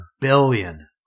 billion